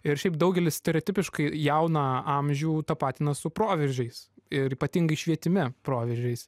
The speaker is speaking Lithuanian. ir šiaip daugelis stereotipiškai jauną amžių tapatina su proveržiais ir ypatingai švietime proveržiais